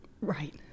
Right